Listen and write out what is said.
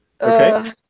Okay